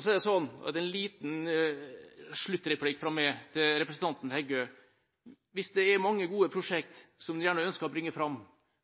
Så en liten sluttreplikk til fra meg til representanten Heggø: Hvis det er mange gode prosjekt som en gjerne ønsker å bringe fram,